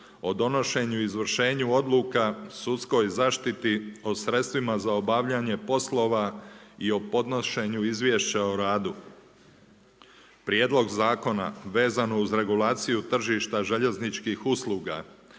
o donošenju i izvršenju odluka sudskoj zaštiti, o sredstvima za obavljanje poslova i o podnošenju izvješća o radu. Prijedlog zakona vezano uz regulaciju tržišta željezničkih usluga